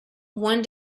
one